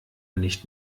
nicht